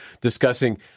discussing